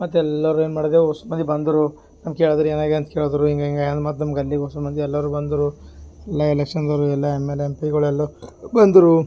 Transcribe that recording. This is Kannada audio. ಮತ್ತು ಎಲ್ಲರು ಏನು ಮಾಡಿದೆವು ಹೊಸ ಮಂದಿ ಬಂದರು ನಮ್ಗೆ ಕೆಳಿದ್ರು ಏನಾಗ್ಯದೆ ಅಂತ ಕೆಳಿದ್ರು ಹಿಂಗೆ ಹಿಂಗೆ ಅದ ಮತ್ತು ನಿಮ್ಗೆ ಅಲ್ಲಿ ಓಸು ಮಂದಿ ಎಲ್ಲರು ಬಂದರು ಎಲ್ಲ ಎಲೆಕ್ಷನ್ದವರು ಎಲ್ಲ ಎಂ ಎಲ್ ಎ ಎಂ ಪಿಗಳೆಲ್ಲ ಬಂದರು